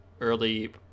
Early